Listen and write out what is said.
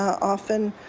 often,